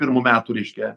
pirmų metų reiškia